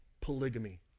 polygamy